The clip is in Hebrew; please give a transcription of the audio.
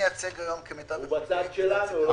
הוא בצד שלנו, הוא לא בצד של הבנקים.